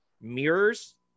mirrors